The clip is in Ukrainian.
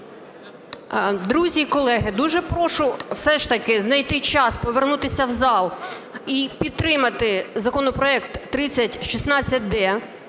Друзі і колеги, дуже прошу все ж таки знайти час, повернутися в зал і підтримати законопроект 3016-д